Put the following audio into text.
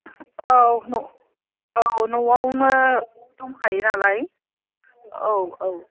औ औ न'आवनो दंखायो नालाय औ औ